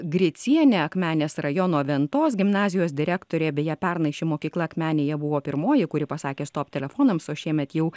gricienė akmenės rajono ventos gimnazijos direktorė beje pernai ši mokykla akmenėje buvo pirmoji kuri pasakė stop telefonams o šiemet jau